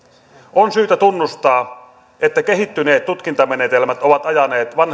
on syytä tunnustaa että kehittyneet tutkintamenetelmät ovat ajaneet vanhentuneen